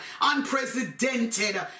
unprecedented